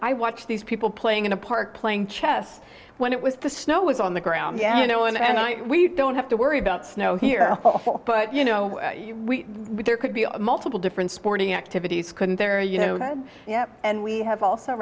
i watch these people playing in a park playing chess when it was the snow was on the ground you know and i we don't have to worry about snow here but you know there could be multiple different sporting activities couldn't there you know yet and we have also